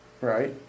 right